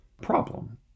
problem